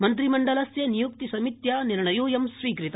मन्त्रिमण्डलस्य नियुक्ति समित्या निर्णयोऽयं स्वीकृत